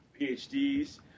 PhDs